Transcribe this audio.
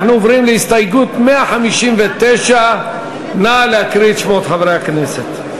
אנחנו עוברים להסתייגות 159. נא להקריא את שמות חברי הכנסת.